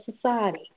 society